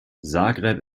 zagreb